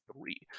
three